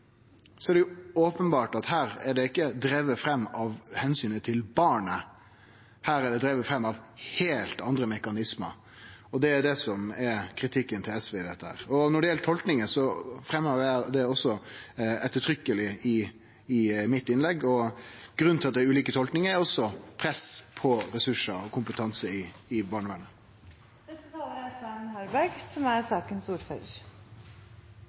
er det openbert at det ikkje er drive fram av omsynet til barnet. Det er drive fram av heilt andre mekanismar, og det er det som kritikken frå SV gjeld. Når det gjeld tolkingar, framheva eg det ettertrykkeleg i innlegget mitt, og grunnen til at det er ulike tolkingar, er at det er press på ressursar og kompetanse i barnevernet. Jeg takket for debatten i